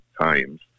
times